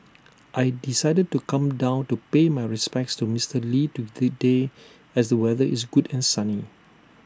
I decided to come down to pay my respects to Mister lee to day as the weather is good and sunny